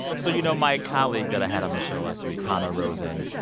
so, you know, my colleague that i had on the show last week, hanna rosin,